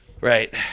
right